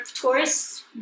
tourists